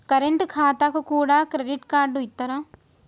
Current ఖాతాకు కూడా credit card ఇత్తరా?